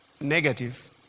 negative